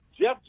Jeff